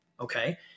okay